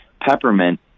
Peppermint